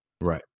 right